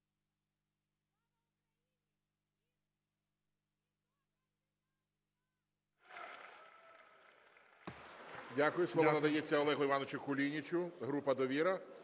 Дякую, слово надається Олегу Івановичу Кулінічу, група "Довіра",